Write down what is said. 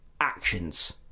actions